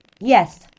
Yes